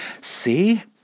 See